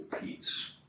peace